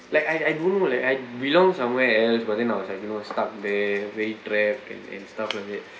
like I I don't know like I belong somewhere and but then I was like you know stuck there very trapped and and stuff like that